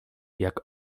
jak